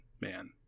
man